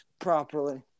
properly